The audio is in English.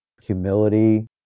humility